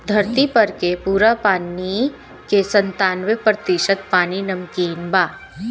धरती पर के पूरा पानी के सत्तानबे प्रतिशत पानी नमकीन बा